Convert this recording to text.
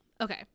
Okay